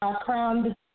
crowned